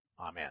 Amen